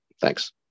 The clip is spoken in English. Thanks